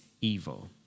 evil